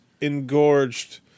engorged